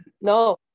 No